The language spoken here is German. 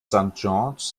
george’s